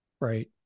Right